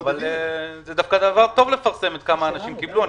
דווקא דבר טוב לפרסם כמה אנשים קיבלו.